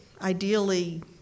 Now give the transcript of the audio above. Ideally